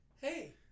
hey